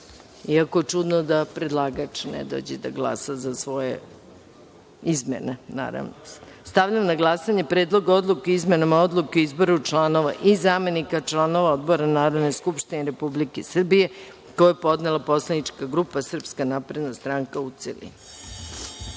Čudno je da predlagač ne dođe da glasa za svoje izmene, naravno. Stavljam na glasanje Predlog odluke o izmenama Odluke o izboru članova i zamenika članova odbora Narodne skupštine Republike Srbije, koji je podnela Poslanička grupa Srpska napredna stranka, u